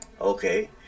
okay